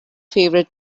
favorite